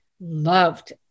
loved